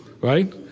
Right